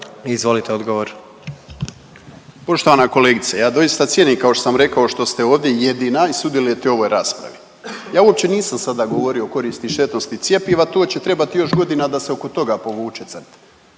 Nino (MOST)** Poštovana kolegice, ja doista cijenim kao što sam rekao što ste ovdje jedina i sudjelujete u ovoj raspravi. Ja uopće nisam sada govorio o koristi i štetnosti cjepiva. To će trebati još godina da se oko toga povuče crta.